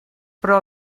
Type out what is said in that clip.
però